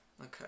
Okay